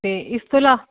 ਅਤੇ ਇਸ ਤੋਂ ਇਲਾਵਾ